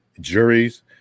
juries